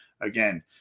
again